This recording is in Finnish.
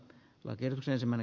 kunnille osuutta